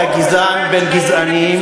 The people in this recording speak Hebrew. אתה גזען בן גזענים,